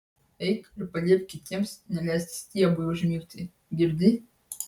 eik ir paliepk kitiems neleisti stiebui užmigti girdi